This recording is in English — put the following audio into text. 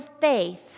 faith